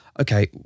okay